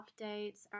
updates